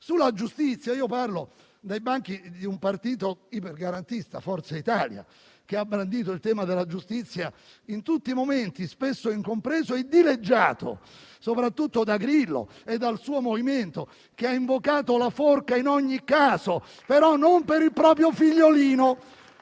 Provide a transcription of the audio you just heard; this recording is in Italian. politico. Parlo dai banchi di un partito ipergarantista, Forza Italia, che ha brandito il tema della giustizia in tutti i momenti, spesso incompreso e dileggiato, soprattutto da Grillo e dal suo MoVimento, che ha invocato la forca in ogni caso, ma non per il proprio figliolino.